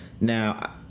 Now